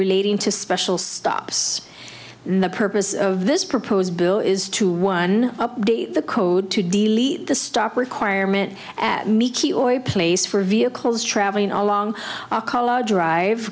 relating to special stops the purpose of this proposed bill is to one day the code to delete the stop requirement at me key or a place for vehicles traveling along drive